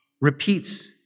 repeats